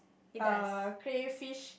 err crayfish